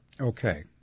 Okay